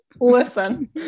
listen